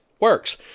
works